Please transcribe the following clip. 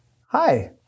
hi